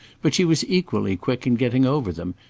but she was equally quick in getting over them,